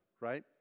Right